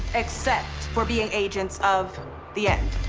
except for being agents of the end.